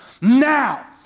now